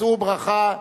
שאו ברכה,